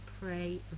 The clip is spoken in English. pray